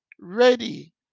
ready